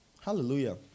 Hallelujah